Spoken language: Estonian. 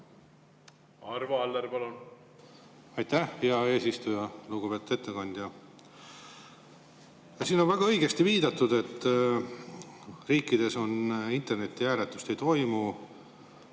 Arvo Aller, palun! Aitäh, hea eesistuja! Lugupeetud ettekandja! Siin on väga õigesti viidatud, et riikides internetihääletust ei toimu,